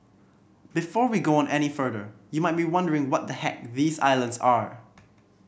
before we go on any further you might be wondering what the heck these islands are